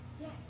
Yes